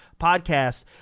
podcast